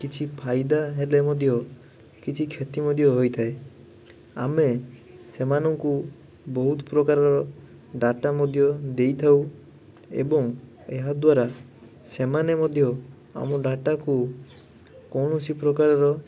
କିଛି ଫାଇଦା ହେଲେ ମଧ୍ୟ କିଛି କ୍ଷତି ମଧ୍ୟ ହୋଇଥାଏ ଆମେ ସେମାନଙ୍କୁ ବହୁତ ପ୍ରକାରର ଡାଟା ମଧ୍ୟ ଦେଇଥାଉ ଏବଂ ଏହାଦ୍ଵାରା ସେମାନେ ମଧ୍ୟ ଆମ ଡାଟାକୁ କୌଣସି ପ୍ରକାରର